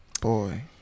Boy